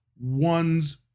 one's